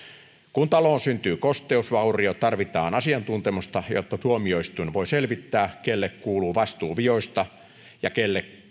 kun taloon syntyy kosteusvaurio tarvitaan asiantuntemusta jotta tuomioistuin voi selvittää kenelle kuuluu vastuu vioista ja kenelle